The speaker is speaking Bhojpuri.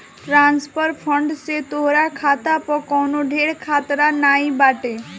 ट्रांसफर फंड से तोहार खाता पअ कवनो ढेर खतरा नाइ बाटे